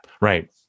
Right